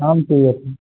काम चाहिए था